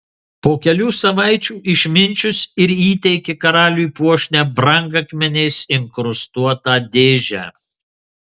po kelių savaičių išminčius ir įteikė karaliui puošnią brangakmeniais inkrustuotą dėžę